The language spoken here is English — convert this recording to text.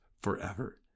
forever